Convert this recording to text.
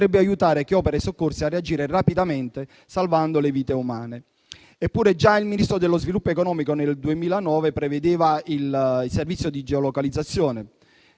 aiutare chi opera i soccorsi a reagire rapidamente salvando le vite umane. Eppure, già il Ministro dello sviluppo economico nel 2009 prevedeva il servizio di geolocalizzazione,